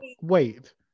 Wait